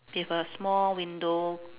okay for the small window